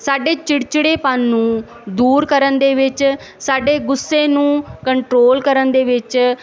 ਸਾਡੇ ਚਿੜਚਿੜੇਪਨ ਨੂੰ ਦੂਰ ਕਰਨ ਦੇ ਵਿੱਚ ਸਾਡੇ ਗੁੱਸੇ ਨੂੰ ਕੰਟਰੋਲ ਕਰਨ ਦੇ ਵਿੱਚ